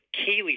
Kaylee